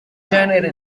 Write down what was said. genere